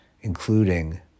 including